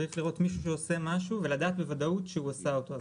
אתה צריך לראות מישהו שעושה משהו ולדעת בוודאות שהוא עשה אותו.